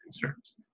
concerns